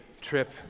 trip